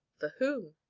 for whom?